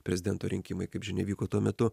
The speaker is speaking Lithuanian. prezidento rinkimai kaip žinia vyko tuo metu